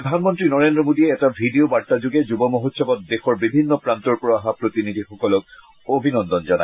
প্ৰধানমন্তী নৰেন্দ্ৰ মোদীয়ে এটা ভিডিঅ বাৰ্তাযোগে যুৱ মহোৎসৱত দেশৰ বিভিন্ন প্ৰান্তৰ পৰা অহা প্ৰতিনিধিসকলক অভিনন্দন জনায়